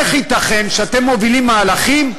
איך ייתכן שאתם מובילים מהלכים,